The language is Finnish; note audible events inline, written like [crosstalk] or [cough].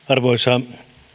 [unintelligible] arvoisa